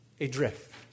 adrift